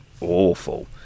awful